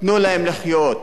תנו להם לחיות.